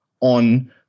on